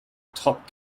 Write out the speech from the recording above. top